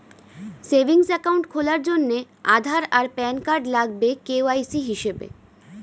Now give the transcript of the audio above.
savings account খোলার জন্যে আধার আর প্যান কার্ড লাগবে কে.ওয়াই.সি হিসেবে